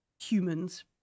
humans